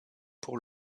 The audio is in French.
pour